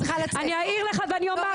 אני אעיר לך ואומר,